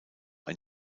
ein